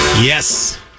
Yes